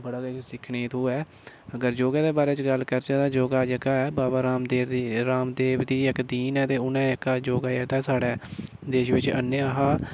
बड़ा किश सिक्खने गी थ्होऐ अगर योगे दे बारै च गल्ल करचै तां योगा जेहका ऐ बाबा रामदेव दी रामदेव दी इक दीन ऐ ते उनें एह्का उनें योगा साढै़ देश बिच्च आह्नेआ हा